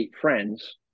friends